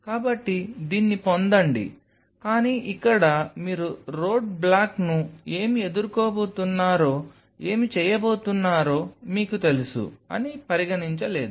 కాబట్టి దీన్ని పొందండి కానీ ఇక్కడ మీరు రోడ్బ్లాక్ను ఏమి ఎదుర్కోబోతున్నారో ఏమి చేయబోతున్నారో మీకు తెలుసు అని పరిగణించలేదు